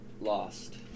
lost